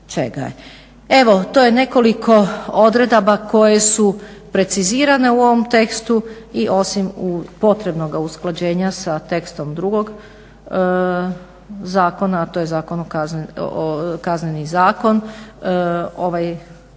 Evo to je nekoliko odredaba koje su precizirane u ovom tekstu i osim potrebnoga usklađenja sa tekstom drugog zakona, a to je Kazneni zakon ovaj prijedlog